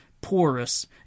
porous